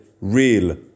real